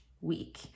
week